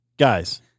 Guys